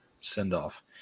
send-off